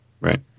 Right